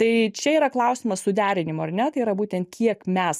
tai čia yra klausimas suderinimo ar ne tai yra būtent kiek mes